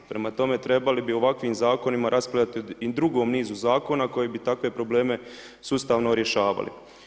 Prema tome, trebali bi o ovakvim zakonima raspravljati i u drugom nizu zakona koji bi takve probleme sustavno rješavali.